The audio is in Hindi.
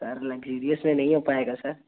सर लक्ज़रियस में नहीं हो पाएगा सर